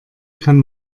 kann